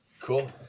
Cool